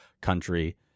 country